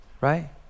right